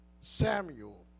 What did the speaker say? Samuel